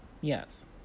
yes